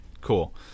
Cool